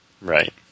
Right